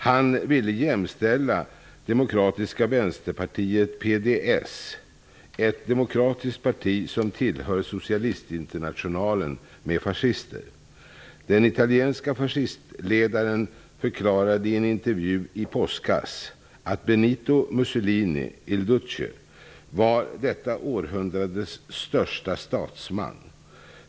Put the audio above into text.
Han ville jämställa demokratiska vänsterpartiet Socialistinternationalen -- med fascister. Den italienska fascistledaren förklarade i en intervju i påskas att Benito Mussolini -- Il Duce -- var detta århundrades största statsman.